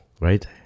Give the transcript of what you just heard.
right